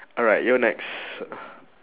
alright you're next